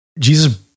Jesus